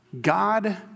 God